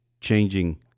changing